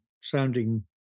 sounding